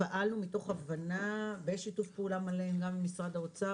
פעלנו מתוך הבנה ושיתוף פעולה גם עם משרד האוצר